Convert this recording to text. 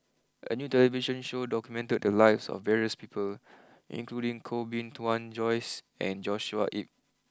a new television show documented the lives of various people including Koh Bee Tuan Joyce and Joshua Ip